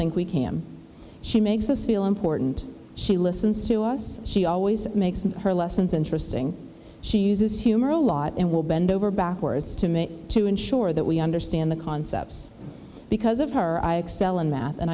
think we can she makes us feel important she listens to us she always makes her lessons interesting she uses humor a lot and will bend over backwards to me to ensure that we understand the concepts because of her i excel in math and